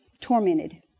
tormented